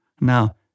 Now